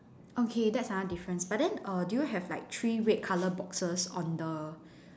okay that's another difference but then err do you have like three red colour boxes on the